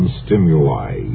stimuli